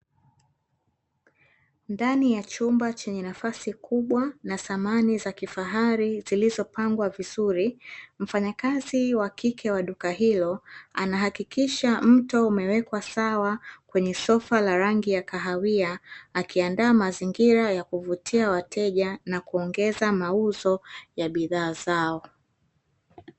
Ndani ya chumba chenye nafasi kubwa na samani za kifahari zilizopangwa vizuri, mfanyakazi wa kike wa duka hilo anahakikisha mto umewekwa sawa kwenye sofa la rangi ya kahawia akiandaa mazingira ya kuvutia wateja na kuongeza mauzo ya bidhaa zao.